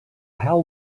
how